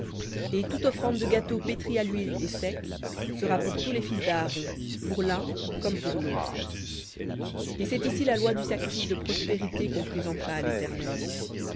et toute offrande de gâteau pétri à l'huile et sec sera pour tous les fils d'aaron pour l'un comme pour lautre et c'est ici la loi du sacrifice de prospérités qu'on présentera à l'éternel